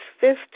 fifth